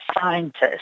scientists